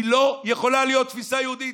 זו לא יכולה להיות תפיסה יהודית,